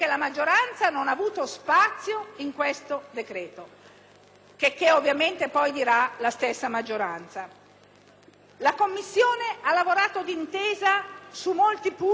La Commissione ha lavorato d'intesa su molti punti, come spesso accade, ma questo lavoro inspiegabilmente non è servito a molto.